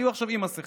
יהיו עכשיו עם מסכה.